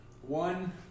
One